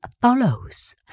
follows